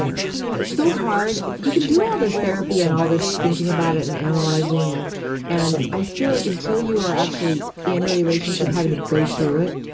don't know. it's so hard. you can do all this therapy and all this thinking about it and analyzing, and and i feel like until you are actually in a relationship having to go through it,